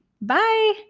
Bye